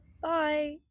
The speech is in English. Bye